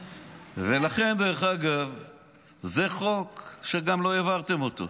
ולכן זה חוק שגם לא העברתם אותו.